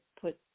put